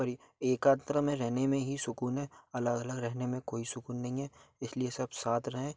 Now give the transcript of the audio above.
परि एकत्र में रहने में ही सुकून है अलग अलग रहने में कोई सुकून नहीं है इसलिए सब साथ रहें